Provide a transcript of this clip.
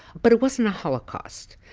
but it wasn't a holocaust.